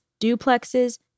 duplexes